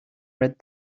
read